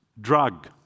drug